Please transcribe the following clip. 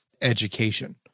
education